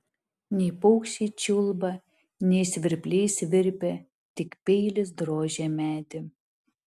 nei paukščiai čiulba nei svirpliai svirpia tik peilis drožia medį